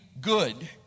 good